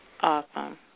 Awesome